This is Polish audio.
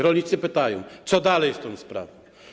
Rolnicy pytają: Co dalej z tą sprawą?